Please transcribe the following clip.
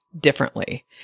differently